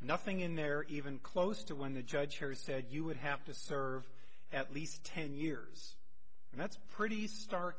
nothing in there even close to when the judge perry said you would have to serve at least ten years and that's pretty stark